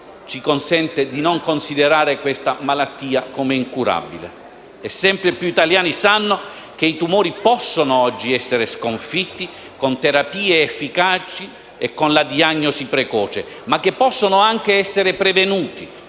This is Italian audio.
ci consente di non considerare questa malattia come incurabile: sempre più italiani sanno che i tumori possono oggi essere sconfitti con terapie efficaci e con la diagnosi precoce, ma che possono anche essere prevenuti